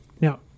now